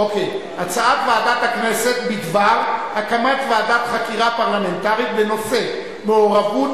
הצעת ועדת הכנסת בדבר הקמת ועדת חקירה פרלמנטרית בנושא מעורבות